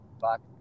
Fuck